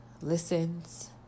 listens